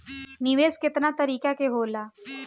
निवेस केतना तरीका के होला?